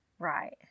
right